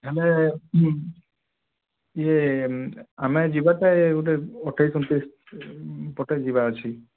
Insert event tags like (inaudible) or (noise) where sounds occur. ଆମେ ଉ ଇଏ ଆମେ ଯିବା (unintelligible) ଗୋଟେ ଅଠେଇଶ ଅଣତିରିଶ ପଟେ ଯିବା ଅଛି